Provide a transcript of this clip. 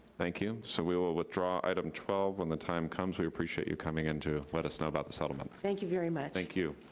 thank you, so we will withdraw item twelve when the time comes. we appreciate you coming in to let us know about the settlement. thank you very much. thank you.